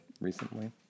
recently